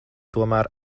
tomēr